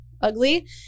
ugly